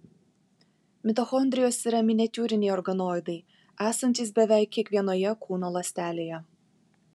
mitochondrijos yra miniatiūriniai organoidai esantys beveik kiekvienoje kūno ląstelėje